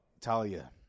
Talia